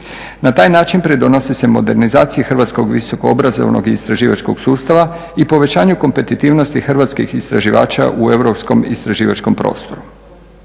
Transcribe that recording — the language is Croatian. Na taj način pridonosi se modernizaciji hrvatskog visoko obrazovanog i istraživačkog sustava i povećanju kompetitivnosti hrvatskih istraživača u europskom istraživačkom prostoru.